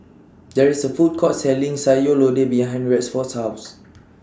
There IS A Food Court Selling Sayur Lodeh behind Rexford's House